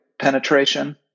penetration